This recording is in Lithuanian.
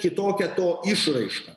kitokią to išraišką